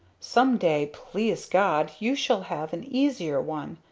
some day, please god, you shall have an easier one!